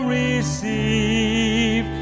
receive